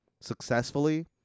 successfully